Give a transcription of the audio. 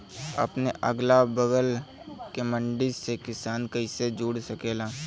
अपने अगला बगल के मंडी से किसान कइसे जुड़ सकेला?